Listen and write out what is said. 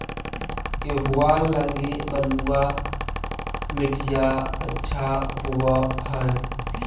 गेहुआ लगी बलुआ मिट्टियां अच्छा होव हैं?